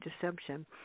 Deception